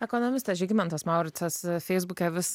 ekonomistas žygimantas mauricas feisbuke vis